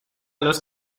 los